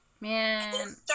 man